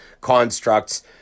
constructs